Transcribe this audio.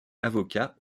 avocat